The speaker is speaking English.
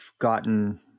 gotten